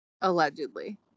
Allegedly